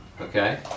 Okay